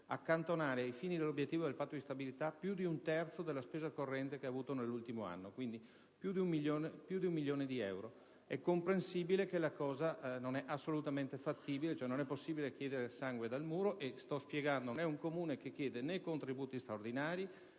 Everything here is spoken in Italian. accantonare, ai fini dell'obiettivo del Patto di stabilità interno, più di un terzo della spesa corrente registrata nell'ultimo anno, quindi più di un milione di euro. È comprensibile che la cosa non sia assolutamente fattibile: non è possibile cavare sangue dal muro. Come sto spiegando, non si tratta di un Comune che chieda contributi straordinari,